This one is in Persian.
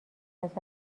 است